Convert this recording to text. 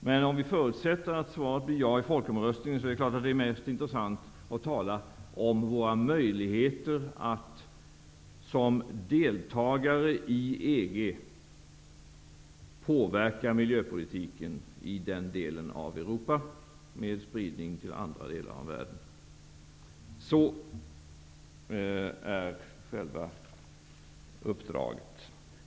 Men om vi förutsätter att svaret i folkomröstningen blir ja, är det självfallet intressantast att tala om våra möjligheter att som deltagare i EG påverka miljöpolitiken i den delen av Europa, med spridning till andra delar av världen. Så är det med själva uppdraget.